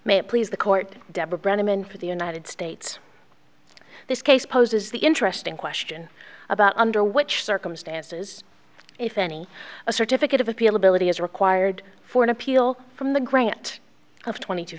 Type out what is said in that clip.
it please the court deborah brennaman for the united states this case poses the interesting question about under which circumstances if any a certificate of appeal ability is required for an appeal from the grant of twenty t